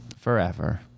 forever